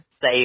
say